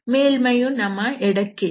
ಮೇಲ್ಮೈಯು ನಮ್ಮ ಎಡಕ್ಕೆ ಇದೆ